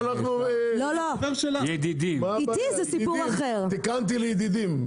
ידידים, תיקנתי לידידים.